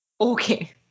Okay